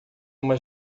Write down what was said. uma